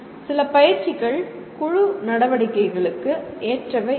சில பயிற்சிகள் குழு நடவடிக்கைகளுக்கு ஏற்றவை அல்ல